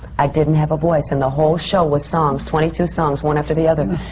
i didn't have voice. and the whole show was songs, twenty two songs, one after the other.